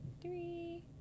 three